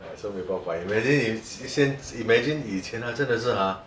ya so 没有办法 imagine if sin~ imagine 以前 ha 真的是 ha